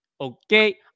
Okay